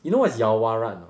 you know what is yaowarat or not